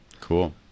cool